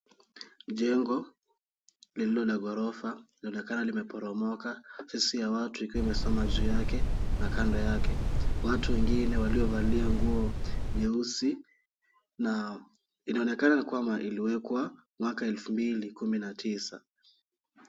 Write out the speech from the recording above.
Jengo lililo la ghorofa linaonekana limeporomoaka, ofisi ya watu ikiwa imesimama juu yake na kando yake. Watu wengine waliovalia nguo nyeusi, na inaonekana kwamba iliweka mwaka wa elfu mbili na kumi na tisa.